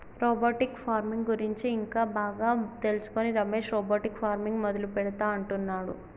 robotic farming గురించి ఇంకా బాగా తెలుసుకొని రమేష్ రోబోటిక్ ఫార్మింగ్ మొదలు పెడుతా అంటున్నాడు